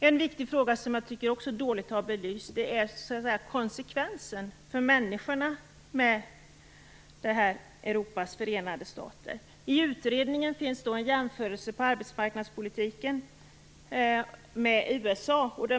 En viktig fråga som också har belysts dåligt gäller konsekvenserna av Europas förenta stater för människorna. I utredningen ingår en jämförelse med arbetsmarknadspolitiken i USA.